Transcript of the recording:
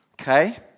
Okay